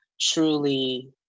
truly